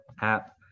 app